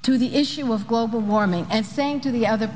to the issue of global warming and saying to the other